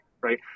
right